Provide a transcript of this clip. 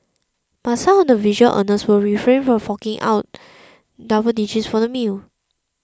but some of the visual earners will refrain from forking double digits for the meal